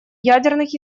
ядерных